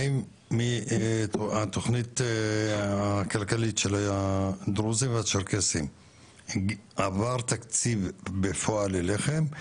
האם מהתכנית הכלכלית של הדרוזים והצ'רקסיים עבר תקציב בפועל אליכם?